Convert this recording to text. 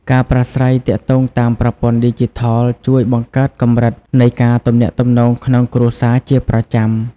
ការប្រាស្រ័យទាក់ទងតាមប្រព័ន្ធឌីជីថលជួយបង្កើតកម្រិតនៃការទំនាក់ទំនងក្នុងគ្រួសារជាប្រចាំ។